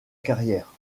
carrière